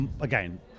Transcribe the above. again